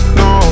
no